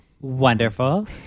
Wonderful